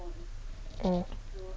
oh